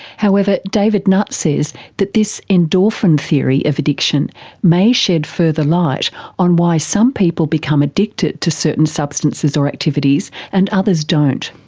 however, david nutt says that this endorphin theory of addiction may shed further light on why some people become addicted to certain substances or activities and others don't.